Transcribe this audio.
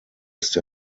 ist